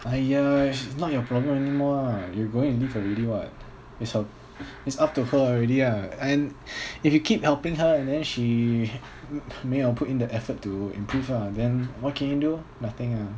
!aiya! she's not your problem anymore ah you going to leave already [what] it's her it's up to her already ah and if you keep helping her and then she may not put in the effort to improve ah then what can you do nothing ah